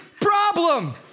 problem